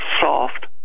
soft